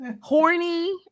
horny